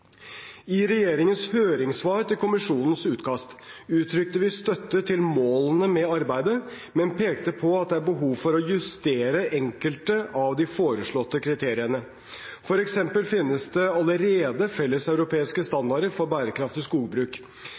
I regjeringens høringssvar til Kommisjonens utkast uttrykte vi støtte til målene med arbeidet, men pekte på at det er behov for å justere enkelte av de foreslåtte kriteriene. For eksempel finnes det allerede felles europeiske standarder for bærekraftig skogbruk.